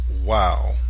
Wow